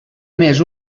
més